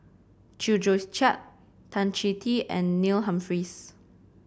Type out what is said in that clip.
Chew Joo Chiat Tan Chong Tee and Neil Humphreys